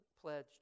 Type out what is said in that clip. pledged